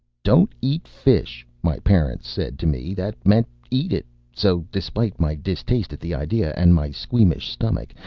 don't eat fish my parents said. to me that meant eat it so, despite my distaste at the idea, and my squeamish stomach,